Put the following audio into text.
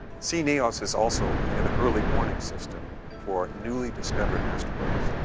cneos is also kind of an early warning system for newly discovered asteroids.